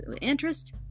interest